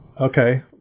Okay